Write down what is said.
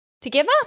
together